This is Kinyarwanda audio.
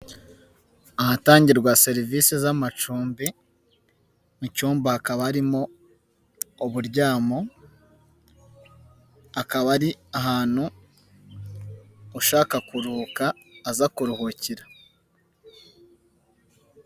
Ahatangirwa serivise z'amacumbi mu cyumba hakaba harimo uburyamo akaba ari ahantu ushaka kuruhuka aza kuruhukira.